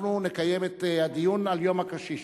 אנחנו נקיים את הדיון על יום הקשיש.